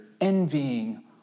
envying